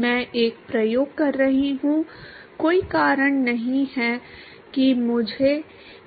मैं एक प्रयोग कर रहा हूं कोई कारण नहीं है कि मुझे